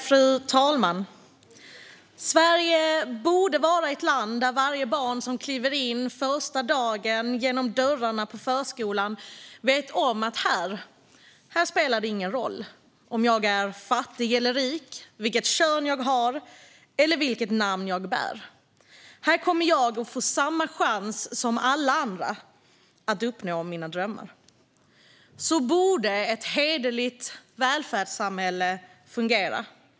Fru talman! Sverige borde vara ett land där varje barn som kliver in första dagen genom dörrarna på förskolan vet att här spelar det ingen roll om jag är fattig eller rik, vilket kön jag har eller vilket namn jag bär. Här kommer jag att få samma chans som alla andra att uppnå mina drömmar. Så borde ett hederligt välfärdssamhälle fungera.